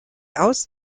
aus